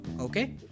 Okay